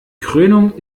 krönung